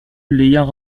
l’ayant